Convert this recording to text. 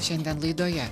šiandien laidoje